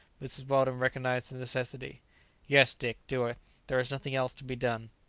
mrs. weldon recognized the necessity yes, dick, do it there is nothing else to be done.